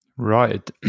Right